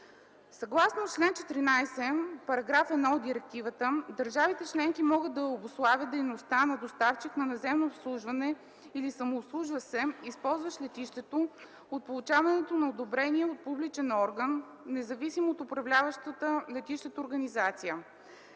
Съгласно чл. 14, § 1 от Директивата държавите членки могат да обусловят дейността на доставчик на наземно обслужване или самообслужващ се, използващ летището от получаването на одобрение от публичен орган, независим от управляващата летищата организация.